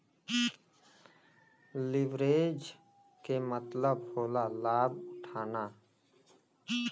leverage के मतलब होला लाभ उठाना